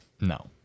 no